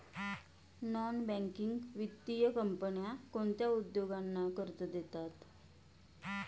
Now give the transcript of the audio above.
Non banking वित्तीय कंपन्या कोणत्या उद्योगांना कर्ज देतात?